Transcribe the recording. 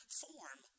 form